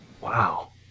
Wow